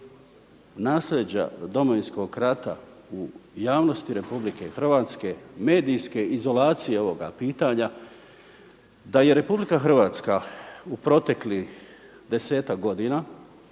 naslijeđa Domovinskog rata u javnosti Republike Hrvatske, medijske izolacije ovoga pitanja, da je Republika Hrvatska u proteklih desetak godina